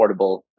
affordable